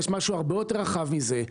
יש משהו הרבה יותר רחב מזה,